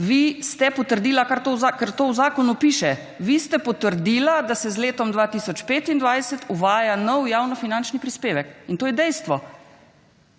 Vi ste potrdila, ker to v zakonu piše, vi ste potrdila, da se z letom 2025 uvaja nov javnofinančni prispevek in to je dejstvo.